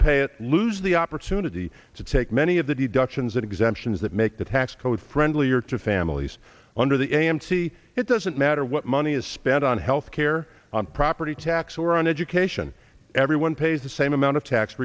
pay it lose the opportunity to take many of the deductions and exemptions that make the tax code friendlier to families under the amc it doesn't matter what on e is spend on health care on property tax or on education everyone pays the same amount of tax